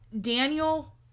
Daniel